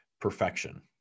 perfection